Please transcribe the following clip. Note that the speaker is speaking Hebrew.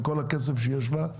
עם כל הכסף שיש לה,